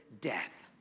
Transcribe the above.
death